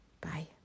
Bye